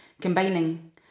combining